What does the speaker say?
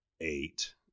eight